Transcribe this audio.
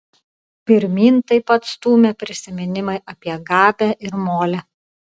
pirmyn taip pat stūmė prisiminimai apie gabę ir molę